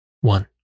One